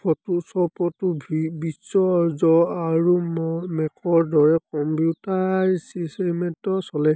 ফটোশ্বপটো ৱিশ্ব জ আৰু মেকৰ দৰে কম্পিউটাৰ ছিষ্টেমত চলে